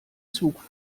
zug